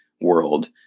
world